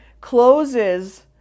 closes